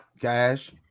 Cash